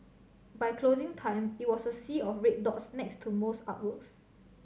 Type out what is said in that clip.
by closing time it was a sea of red dots next to most artworks